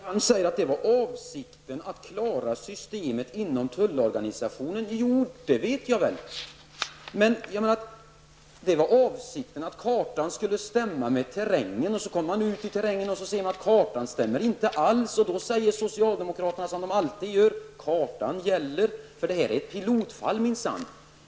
Fru talman! Sverre Palm säger att det var avsikten att klara systemet inom tullorganisationen. Det vet jag väl! Avsikten var att kartan skulle stämma med terrängen. Men när man kommer ut i terrängen, ser man att kartan stämmer inte alls. Då säger socialdemokraterna, som de alltid gör, att kartan gäller, för det här är ett pilotfall, minsann!